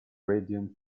radium